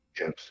Yes